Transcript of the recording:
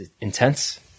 intense